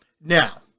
Now